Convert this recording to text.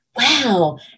wow